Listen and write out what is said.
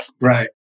Right